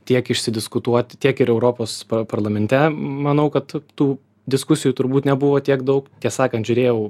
tiek išsidiskutuoti tiek ir europos parlamente manau kad t tų diskusijų turbūt nebuvo tiek daug ties sakant žiūrėjau